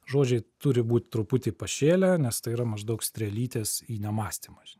žodžiai turi būt truputį pašėlę nes tai yra maždaug strėlytės į nemąstymą